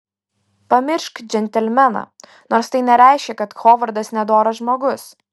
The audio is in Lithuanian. pamiršk džentelmeną nors tai nereiškia kad hovardas nedoras žmogus